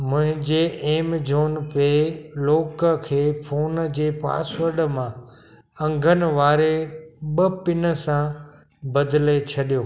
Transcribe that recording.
मुंहिंजे Amazon Pay lock खे phone जे पासवर्ड मां अंङनि वारे ॿ पिन सां बदिले छॾियो